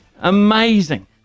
Amazing